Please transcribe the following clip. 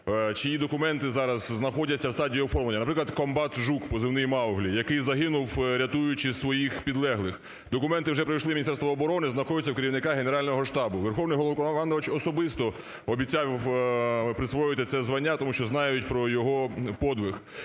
чиї документи зараз знаходяться в стадії оформлення, наприклад, комбат Жук позивний "Мауглі", який загинув, рятуючи своїх підлеглих, документи вже пройшли Міністерство оброни, знаходяться у керівника Генерального штабу. Верховний головнокомандувач особисто обіцяв присвоїти це звання, тому що знають про його подвиг.